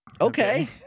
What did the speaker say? Okay